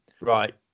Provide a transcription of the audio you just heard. Right